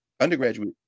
undergraduate